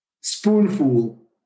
spoonful